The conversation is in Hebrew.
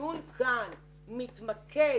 הדיון כאן מתמקד